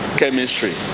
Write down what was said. chemistry